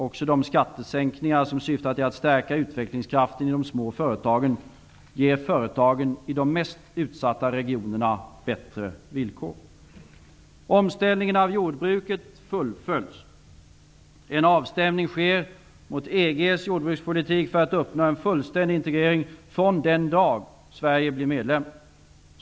Också de skattesänkningar som syftar till att stärka utvecklingskraften i de små företagen ger företagen i de mest utsatta regionerna bättre villkor. Omställningen av jordbruket fullföljs. En avstämning sker mot EG:s jordbrukspolitik för att uppnå en fullständig integrering från den dag Sverige blir medlem.